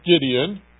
Gideon